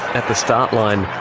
at the start line,